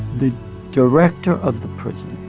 the director of the prison